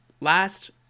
last